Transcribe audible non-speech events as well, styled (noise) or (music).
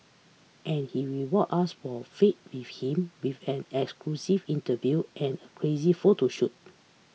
and he reward us for our faith (unintelligible) him with an exclusive interview and a crazy photo shoot